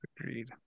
Agreed